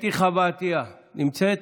אתי חוה עטייה נמצאת?